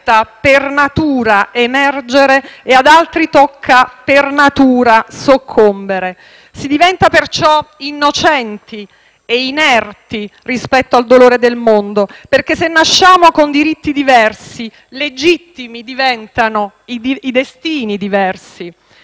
Si diventa, perciò, innocenti e inerti rispetto al dolore del mondo perché se nasciamo con diritti diversi legittimi diventano i destini diversi.